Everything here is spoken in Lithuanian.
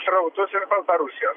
srautus iš baltarusijos